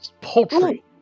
poultry